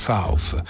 South